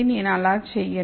నేను అలా చేయను